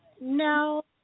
no